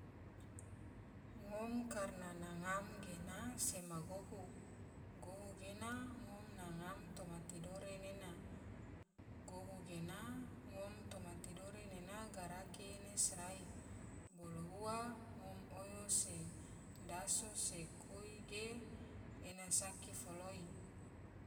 Ngom karena na ngam ge sema gohu, gohu gena ngom na ngam toma tidore nena, gohu gena ngom toma tidore nena garaki ena sorai, bolo ua ngone oyo se daso, se koi, ge ena saki foloi.